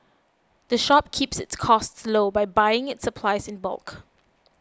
the shop keeps its costs low by buying its supplies in bulk